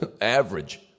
average